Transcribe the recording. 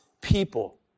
people